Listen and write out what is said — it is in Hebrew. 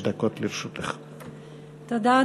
תודה,